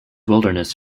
wilderness